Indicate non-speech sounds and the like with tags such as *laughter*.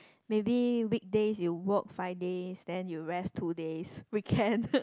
maybe weekdays you work five days then you rest two days weekend *laughs*